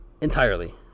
entirely